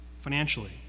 financially